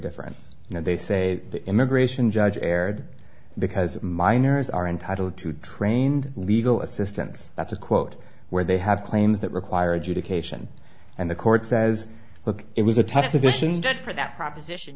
different you know they say the immigration judge erred because minors are entitled to trained legal assistance that's a quote where they have claims that require adjudication and the court says look it was a tough position judge for that proposition